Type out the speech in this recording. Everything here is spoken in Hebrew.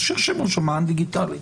שירשמו מען דיגיטלי,